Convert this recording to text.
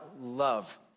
love